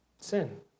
Sin